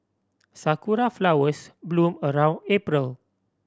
sakura flowers bloom around April